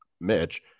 Mitch